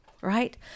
right